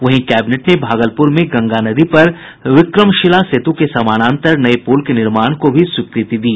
वहीं कैबिनेट ने भागलपुर में गंगा नदी पर विक्रमशिला सेतु के समानांतर नये पुल के निर्माण को भी स्वीकृति दी